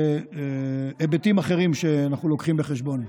והיבטים אחרים שאנחנו מביאים בחשבון.